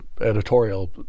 editorial